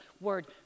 word